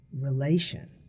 relation